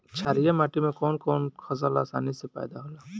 छारिया माटी मे कवन कवन फसल आसानी से पैदा होला?